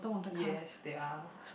yes there are